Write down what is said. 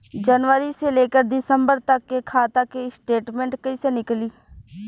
जनवरी से लेकर दिसंबर तक के खाता के स्टेटमेंट कइसे निकलि?